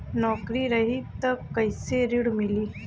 नौकरी रही त कैसे ऋण मिली?